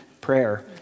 Prayer